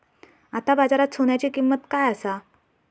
आता बाजारात सोन्याची किंमत काय असा?